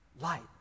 Light